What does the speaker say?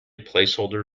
placeholder